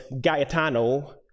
Gaetano